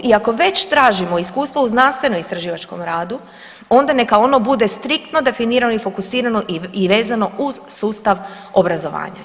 I ako već tražimo iskustvo u znanstveno-istraživačkom radu onda neka ono bude striktno definirano i fokusirano i vezano uz sustav obrazovanja.